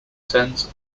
sense